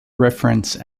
reference